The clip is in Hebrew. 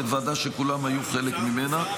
-- היה בוועדה שכולם היו חלק ממנה.